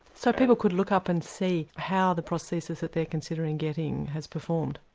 so people could look up and see how the prosthesis that they are considering getting has performed?